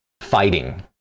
fighting